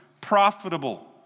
profitable